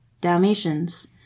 Dalmatians